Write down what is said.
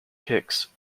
kicks